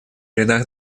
рядах